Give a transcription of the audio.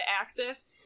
access